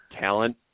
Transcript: talent